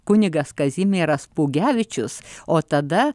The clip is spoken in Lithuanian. kunigas kazimieras pugevičius o tada